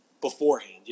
beforehand